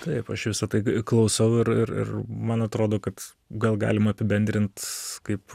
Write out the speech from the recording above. taip aš visa tai klausau ir ir man atrodo kad gal galim apibendrint kaip